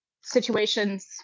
situations